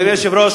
אדוני היושב-ראש,